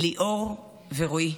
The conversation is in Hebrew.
ליאור ורועי.